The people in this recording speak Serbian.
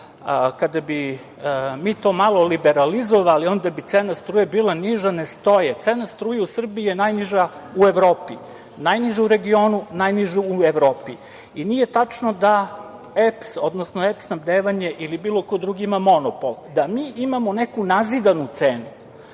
kada bi mi to malo liberalizovali, onda bi cena struje bila niža, ne stoje. Cena struje u Srbiji je najniža u Evropi, najniža u regionu, najniža u Evropi. Nije tačno da EPS, odnosno EPS snabdevanje ili bilo ko drugi ima monopol, da mi imamo neku nazidanu cenu